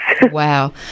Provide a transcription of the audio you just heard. Wow